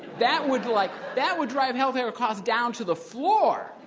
that would like that would drive health care costs down to the floor,